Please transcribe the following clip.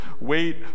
wait